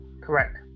Correct